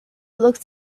looked